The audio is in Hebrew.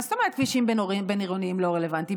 מה זאת אומרת, כבישים בין-עירוניים, לא רלוונטי?